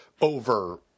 over